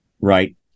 right